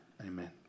Amen